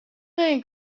این